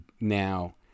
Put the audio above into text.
Now